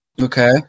Okay